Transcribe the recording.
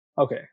Okay